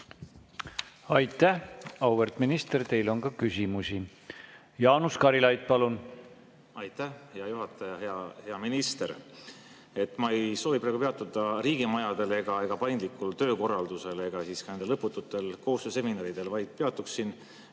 Aitäh, auväärt minister! Teile on ka küsimusi. Jaanus Karilaid, palun! Hea juhataja! Hea minister! Ma ei soovi praegu peatuda riigimajadel ega paindlikul töökorraldusel ega ka nendel lõpututel koostööseminaridel, vaid peatuksin